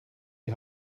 die